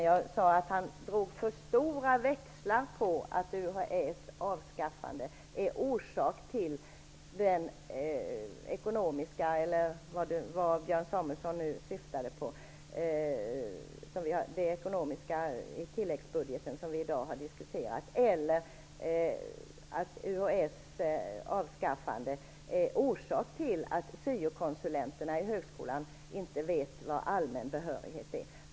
Jag sade att han drog för stora växlar när han sade att UHÄ:s avskaffande är orsak till den tilläggsbudget som i dag har diskuterats och till att syokonsulenterna i högskolan inte vet vad allmän behörighet är.